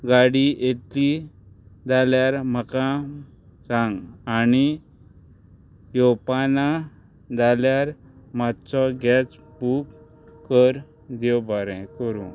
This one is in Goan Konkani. गाडी येतली जाल्यार म्हाका सांग आणी येवपा ना जाल्यार मातसो गॅस बूक कर देव बरें करूं